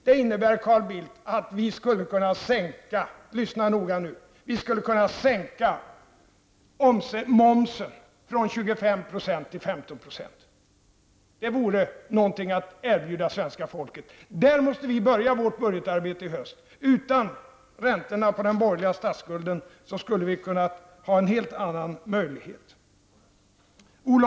Det innebär, Carl Bildt, att vi skulle kunna sänka -- lyssna noga nu -- momsen från 25 % till 15 %. Det vore någonting att erbjuda svenska folket. Där måste vi börja vårt budgetarbete i höst. Utan räntorna på den borgerliga statsskulden skulle vi haft helt andra möjligheter.